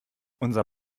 unser